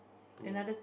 two